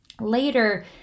Later